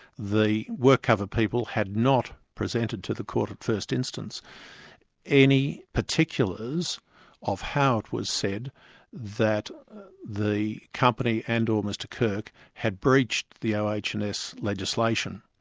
the workcover people had not presented to the court at first instance any particulars of how it was said that the company and or mr kirk, had breached the oh and s legislation.